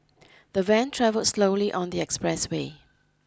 the van travel slowly on the expressway